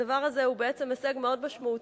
הדבר הזה הוא הישג מאוד משמעותי,